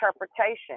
interpretation